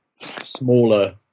smaller